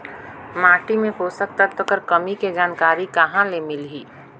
माटी मे पोषक तत्व कर कमी के जानकारी कहां ले मिलही?